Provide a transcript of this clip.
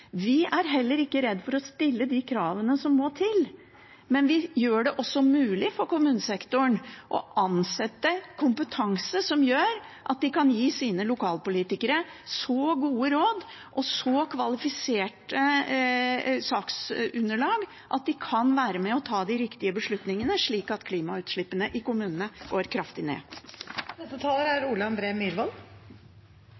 Vi er ikke redde for å stille de kravene som må til, men vi gjør det også mulig for kommunesektoren å ansette kompetanse som gjør at de kan gi sine lokalpolitikere så gode råd og så kvalifiserte saksunderlag at de kan være med på å ta de riktige beslutningene, slik at klimautslippene i kommunene går kraftig ned. Det er